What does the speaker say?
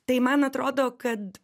tai man atrodo kad